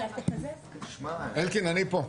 אני פה.